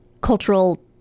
cultural